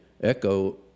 echo